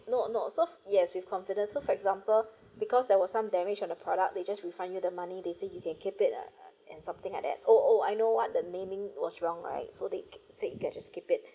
no no so yes with confidence so for example because there was some damage on the product they just refund you the money they say you can keep it ah and something like that oh I know what the naming was wrong right so they they get just keep it